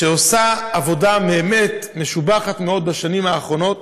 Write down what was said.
שעושה עבודה באמת משובחת מאוד בשנים האחרונות